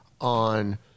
on